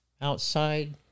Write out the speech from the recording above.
outside